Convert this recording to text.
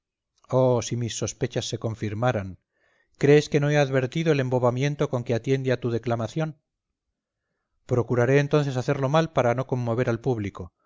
oh si mis sospechas se confirmaran crees que no he advertido el embobamiento con que atiende a tu declamación procuraré entonces hacerlo mal para no conmover al público